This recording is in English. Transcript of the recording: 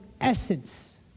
essence